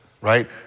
right